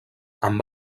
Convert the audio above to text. amb